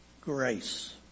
grace